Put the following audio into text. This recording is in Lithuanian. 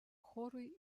chorui